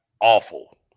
awful